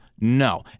no